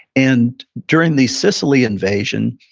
and during the sicily invasion,